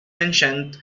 mentioned